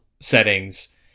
settings